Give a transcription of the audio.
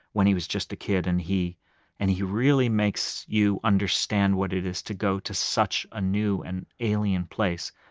when he was just a kid. and he and he really makes you understand what it is to go to such a new and alien place.